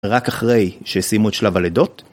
רק אחרי שסיימו את שלב הלידות